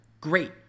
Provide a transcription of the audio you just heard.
great